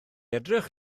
edrych